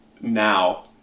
now